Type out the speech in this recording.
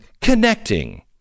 connecting